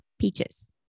Peaches